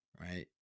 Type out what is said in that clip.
right